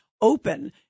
open